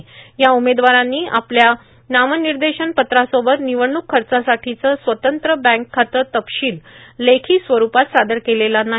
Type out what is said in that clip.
परंत्र या उमेदवारांनी आपल्या नार्मानदशनपत्रासोबत ांनवडणूक खचासाठीचे स्वतंत्र बँक खाते तपशील लेखी स्वरुपात सादर केलेला नाही